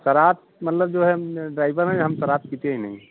शराब मतलब जो है हम ड्राइवर हैं हम शराब पीते ही नहीं हैं